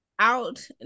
out